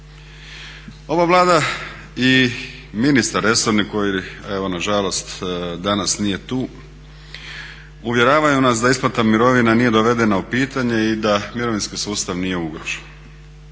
Ova Vlada i ministar resorni koji evo nažalost danas nije tu uvjeravaju nas da isplata mirovina nije dovedena u pitanje i da mirovinski sustav nije ugrožen.